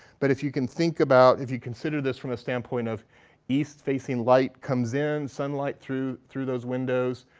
but if you can think about if you consider this from a standpoint of east-facing light comes in, sunlight through through those windows,